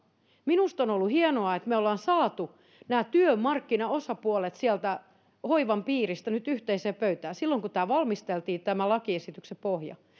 minusta on on ollut hienoa että me olemme saaneet nämä työmarkkinaosapuolet sieltä hoivan piiristä nyt yhteiseen pöytään silloin kun tämä lakiesityksen pohja valmisteltiin